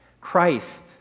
Christ